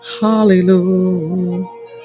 Hallelujah